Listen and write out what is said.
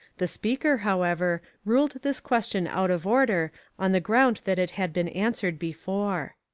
the speaker, however, ruled this question out of order on the ground that it had been answered before.